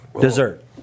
Dessert